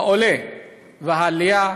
העולה והעלייה